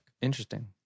Interesting